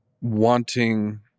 wanting